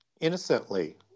innocently